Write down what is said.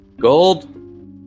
gold